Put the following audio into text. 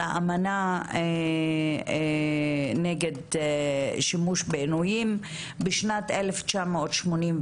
האמנה נגד שימוש בעינויים בשנת 1986,